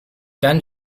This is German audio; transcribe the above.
dann